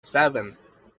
seven